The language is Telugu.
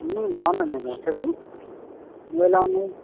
బాగున్నా నేను చెప్పు నువ్వు ఎలా ఉన్నావు